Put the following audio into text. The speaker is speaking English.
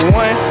one